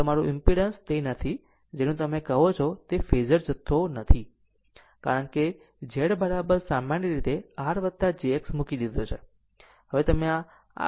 આમ તમારું ઈમ્પીડન્સ તે નથી જેનું તમે કહો છો તે ફેઝર જથ્થો નથી કારણ કે Z સામાન્ય રીતે તમે R j X મૂકી દીધો છે